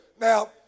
Now